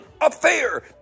affair